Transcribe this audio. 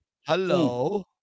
Hello